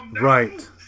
Right